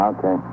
Okay